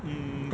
mm